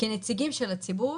כנציגים של הציבור,